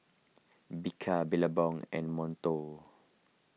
Bika Billabong and Monto